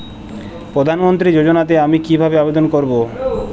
প্রধান মন্ত্রী যোজনাতে আমি কিভাবে আবেদন করবো?